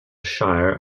shire